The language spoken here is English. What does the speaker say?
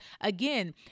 again